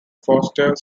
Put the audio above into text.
foster